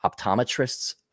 optometrists